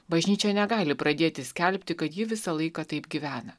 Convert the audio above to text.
bažnyčia negali pradėti skelbti kad ji visą laiką taip gyvena